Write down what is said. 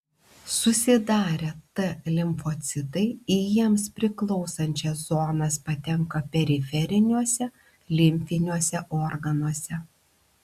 susidarę t limfocitai į jiems priklausančias zonas patenka periferiniuose limfiniuose organuose